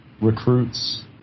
recruits